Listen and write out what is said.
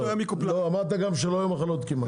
לא אמרת גם שלא היו מחלות כמעט.